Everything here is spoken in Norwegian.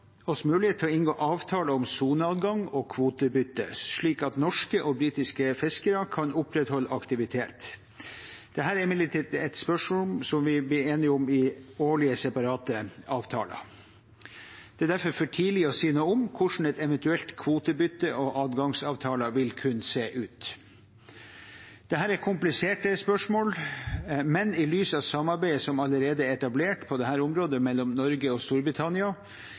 oss mulighet til å inngå avtale om soneadgang og kvotebytte, slik at norske og britiske fiskere kan opprettholde aktivitet. Dette er imidlertid et spørsmål som vi blir enige om i årlige, separate avtaler. Det er derfor for tidlig å si noe om hvordan et eventuelt kvotebytte og adgangsavtaler vil kunne se ut. Dette er kompliserte spørsmål, men i lys av samarbeidet som allerede er etablert på dette området mellom Norge og Storbritannia,